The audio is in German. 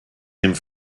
nehmen